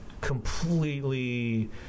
completely